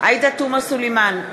עאידה תומא סלימאן,